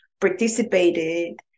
participated